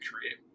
create